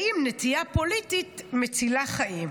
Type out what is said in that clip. האם נטייה פוליטית מצילה חיים?